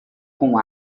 com